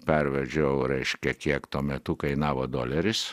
pervedžiau reiškia kiek tuo metu kainavo doleris